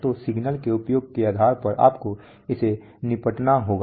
तो सिग्नल के उपयोग के आधार पर आपको इससे निपटना होगा